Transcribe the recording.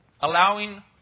allowing